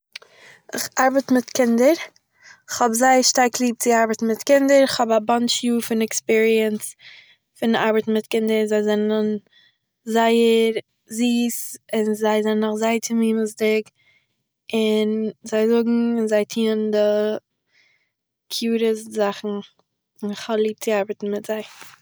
איך ארבעט מיט קינדער, כ'האב זייער שטארק ליב צו ארבעטן מיט קינדער, כ'האב א באנטש פון עקספיריענס פון ארבעטן מיט קינדער. זיי זענען זייער זיס און זיי זענען נאך זייער תמימות'דיג, און זיי זאגן, זיי טוהען די קיוטעסט זאכן און איך האב ליב צו ארבעטן מיט זיי